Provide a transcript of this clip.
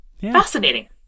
Fascinating